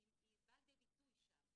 היא באה לידי ביטוי שם.